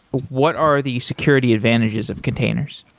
what are the security advantages of containers?